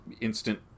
instant